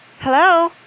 Hello